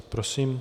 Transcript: Prosím.